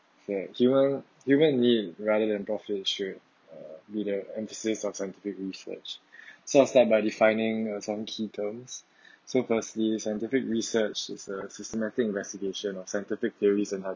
it's like human human being rather than issue uh be the emphasis of scientific research so I'll start by defining um some key terms so firstly scientific research is a systematic investigation of scientific theories and